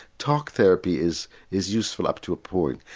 talk therapy is is useful up to a point.